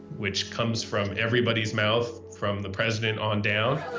which comes from everybody's mouth, from the president on down.